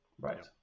Right